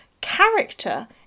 character